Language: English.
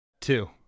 two